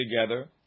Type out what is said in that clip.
together